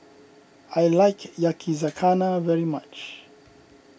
I like Yakizakana very much